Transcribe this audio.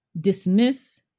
dismiss